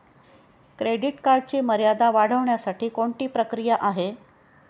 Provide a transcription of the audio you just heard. Credit कार्डची मर्यादा वाढवण्यासाठी कोणती प्रक्रिया आहे?